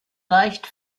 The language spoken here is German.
leicht